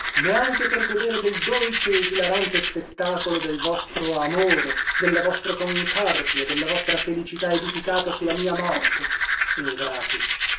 neanche per godere del dolce esilarante spettacolo del vostro amore della vostra concordia della vostra felicità edificata su la mia morte ingrati